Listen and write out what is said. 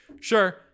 sure